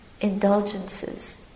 indulgences